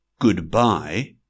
goodbye